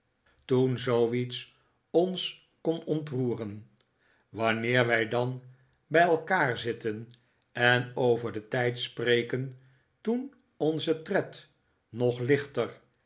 toen zooiets ons kon ontroeren wanneer wij dan bij elkaar zitten en over den tijd spreken toen onze tred nog lichter